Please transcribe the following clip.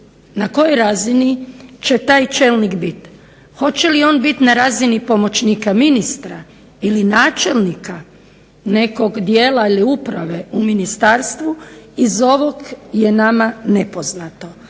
Na kojoj razini će taj čelnik biti, hoće li on biti na razini pomoćnika ministra ili načelnika nekog dijela ili uprave u ministarstvu iz ovog je nama nepoznato.